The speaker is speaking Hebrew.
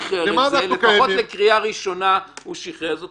לפחות לקריאה ראשונה הוא שחרר אז זאת